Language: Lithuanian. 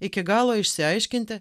iki galo išsiaiškinti